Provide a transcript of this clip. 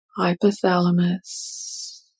hypothalamus